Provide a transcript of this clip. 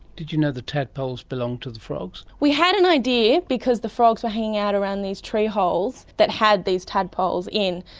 did you know the tadpoles belonged to the frogs? we had an idea because the frogs were hanging out around these tree holes that had these tadpoles in,